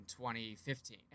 2015